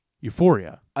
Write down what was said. euphoria